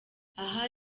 aha